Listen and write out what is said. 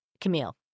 Camille